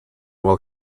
will